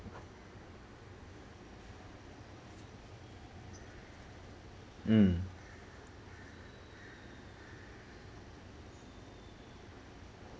mm